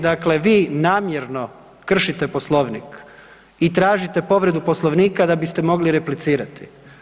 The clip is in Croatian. Dakle, vi namjerno kršite Poslovnik i tražite povredu Poslovnika da biste mogli replicirati.